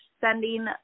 sending